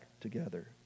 together